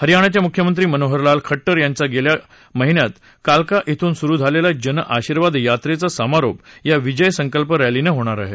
हरियाणाचे मुख्यमंत्री मनोहर लाल खड्टर यांच्या गेल्या महिन्यात काल्का इथून सुरू झालेल्या जन आशीर्वाद यात्रेचा समारोप या विजय संकल्प रॅलीनं होईल